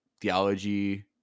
theology